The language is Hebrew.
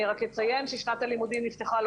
אני רק אציין ששנת הלימודים נפתחה לא